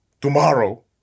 Tomorrow